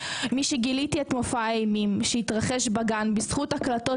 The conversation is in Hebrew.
משגיליתי את מופע האימים שהתרחש בגן בזכות הקלטות